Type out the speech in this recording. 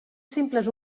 simples